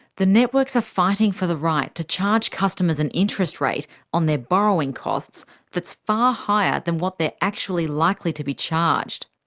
the networks are fighting for the right to charge customers an interest rate on their borrowing costs that's far higher than what they're actually likely to be charged.